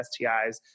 STIs